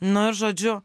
nu žodžiu